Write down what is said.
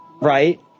right